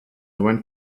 went